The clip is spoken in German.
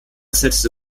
setzte